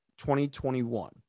2021